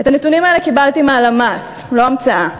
את הנתונים האלה קיבלתי מהלמ"ס, לא המצאה.